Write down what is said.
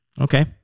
Okay